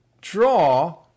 draw